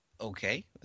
Okay